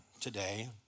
today